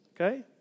Okay